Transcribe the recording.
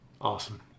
Awesome